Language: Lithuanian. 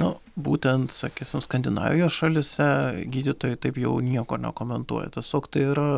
nu būtent sakysim skandinavijos šalyse gydytojai taip jau nieko nekomentuoja tiesiog tai yra